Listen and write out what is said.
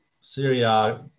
Syria